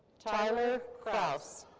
tyler krause.